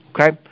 okay